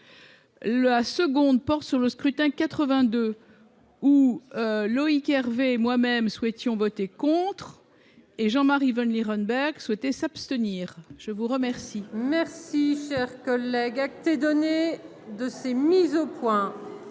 la seconde porte sur le scrutin 82 ou Loïc Hervé moi-même souhaitiez ont voté contre et Jean-Marie Vanlerenberghe souhaité s'abstenir je vous remercie.